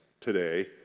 today